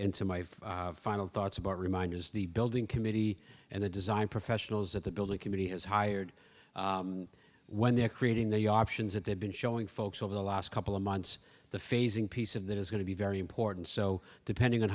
final thoughts about reminders the building committee and the design professionals at the building committee has hired when they're creating the options that they've been showing folks over the last couple of months the phasing piece of that is going to be very important so depending on